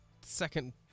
second